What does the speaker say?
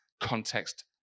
context